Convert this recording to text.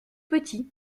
petits